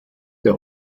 der